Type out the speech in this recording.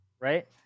right